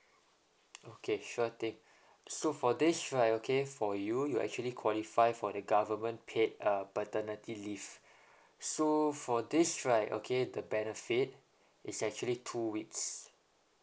okay sure thing so for this right okay for you you actually qualify for the government paid uh paternity leave so for this right okay the benefit is actually two weeks